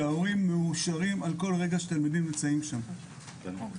שההורים מאושרים על כל רגע שהתלמידים נמצאים שם ויש